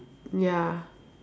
ya